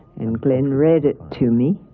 and glenn read it to me,